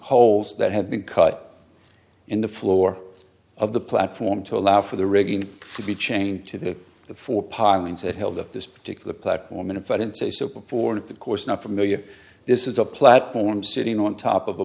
holes that have been cut in the floor of the platform to allow for the rigging to be chained to the the four pilings that held up this particular platform and if i didn't say so before the course now familiar this is a platform sitting on top of a